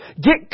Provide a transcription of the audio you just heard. get